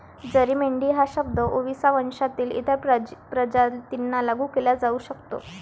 जरी मेंढी हा शब्द ओविसा वंशातील इतर प्रजातींना लागू केला जाऊ शकतो